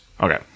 Okay